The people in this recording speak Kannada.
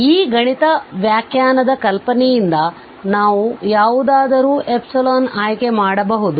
ಈ ಗಣಿತದ ವ್ಯಾಖ್ಯಾನದ ಕಲ್ಪನೆಯಿಂದ ನಾವು ಯಾವುದಾರೂ ಆಯ್ಕೆ ಮಾಡಬಹುದು